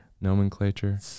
nomenclature